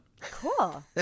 Cool